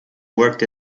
worked